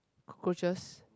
cockroaches